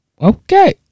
Okay